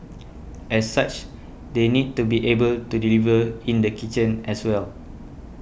as such they need to be able to deliver in the kitchen as well